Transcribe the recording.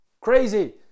crazy